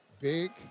big